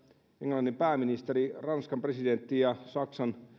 englannin pääministeri ranskan presidentti ja saksan